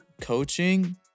coaching